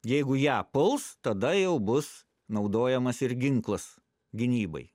jeigu ją puls tada jau bus naudojamas ir ginklas gynybai